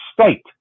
state